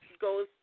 goes